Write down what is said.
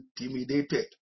intimidated